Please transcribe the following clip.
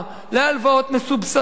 להלוואות מסובסדות,